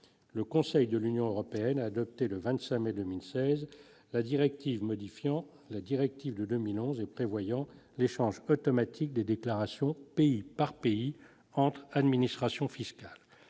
Le Conseil de l'Union européenne a adopté, le 25 mai 2016, la directive modifiant la directive de 2011 et prévoyant l'échange automatique des déclarations pays par pays entre administrations fiscales,